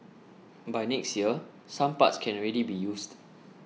by next year some parts can already be used